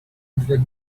wiek